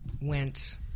went